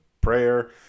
prayer